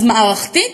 אז מערכתית,